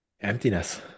Emptiness